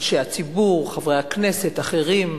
אנשי הציבור, חברי הכנסת, אחרים,